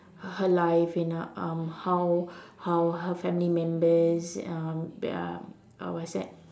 her life you know um how how her family members um uh uh what's that